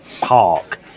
park